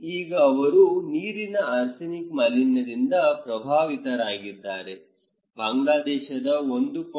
ಈಗ ಅವರು ನೀರಿನ ಆರ್ಸೆನಿಕ್ ಮಾಲಿನ್ಯದಿಂದ ಪ್ರಭಾವಿತರಾಗಿದ್ದಾರೆ ಬಾಂಗ್ಲಾದೇಶದ 1